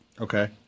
Okay